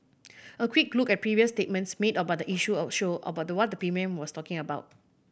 a quick look at previous statements made about the issue of show about what the P M was talking about